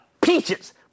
peaches